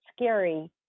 scary